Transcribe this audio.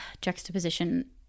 juxtaposition